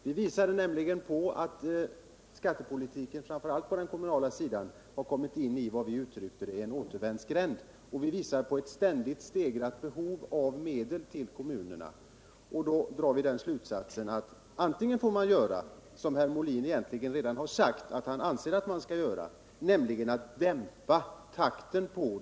Vi visade nämligen på att skattepolitiken, framför allt på den kommunala sidan, har kommit in i, som vi uttryckte det, en återvändsgränd; vi visade på ett ständigt stegrat behov av medel till kommunerna. Av detta drog vi slutsatsen att antingen får staten ta över en del av kommunernas kostnader eller också får man dämpa takten i den kommunala sektorns utbyggnad, alltså få till stånd en större återhållsamhet.